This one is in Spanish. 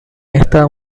esta